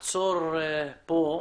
זאת.